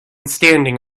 standing